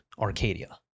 Arcadia